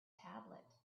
tablet